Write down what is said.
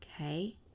Okay